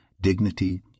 dignity